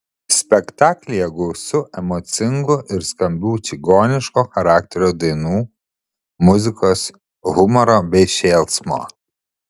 spektaklyje gausu emocingų ir skambių čigoniško charakterio dainų muzikos humoro bei šėlsmo